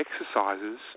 exercises